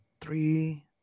Three